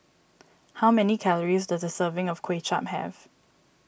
how many calories does a serving of Kuay Chap have